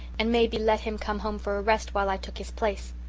and maybe let him come home for a rest while i took his place.